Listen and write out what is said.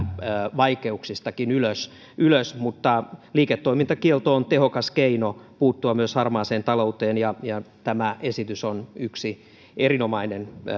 vaikeuksistakin ylös ylös mutta liiketoimintakielto on tehokas keino puuttua myös harmaaseen talouteen ja ja tämä esitys on yksi erinomainen